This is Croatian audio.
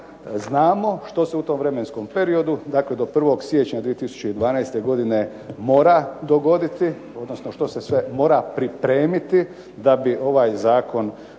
znamo što se u tom vremenskom periodu, dakle do 1. siječnja 2012. godine mora dogoditi, odnosno što se sve mora pripremiti da bi ovaj zakon